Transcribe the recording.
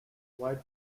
wide